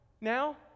Now